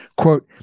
Quote